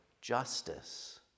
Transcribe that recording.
justice